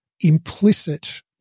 implicit